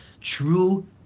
true